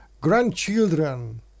grandchildren